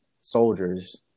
soldiers